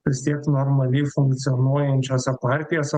prisieks normaliai funkcionuojančiose partijose